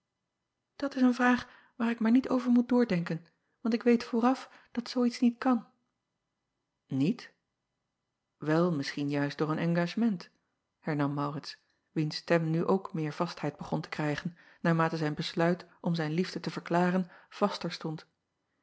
at is een vraag waar ik maar niet over moet doordenken want ik weet vooraf dat zoo iets niet kan iet el misschien juist door een engagement hernam aurits wiens stem nu ook meer vastheid begon te krijgen naarmate zijn besluit om zijn liefde te verklaren vaster stond